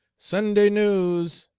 sunday news!